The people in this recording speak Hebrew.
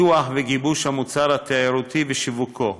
פיתוח וגיבוש של המוצר התיירותי ושיווקו: